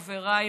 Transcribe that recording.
חבריי,